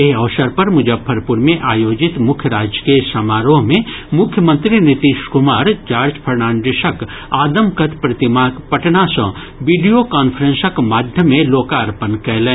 एहि अवसर पर मुजफ्फरपुर मे आयोजित मुख्य राज्यकीय समारोह मे मुख्यमंत्री नीतीश कुमार जार्ज फर्नांडीसक आदमकद प्रतिमाक पटना सँ वीडियो कांफ्रेसक माध्यमे लोकर्पण कयलनि